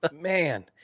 man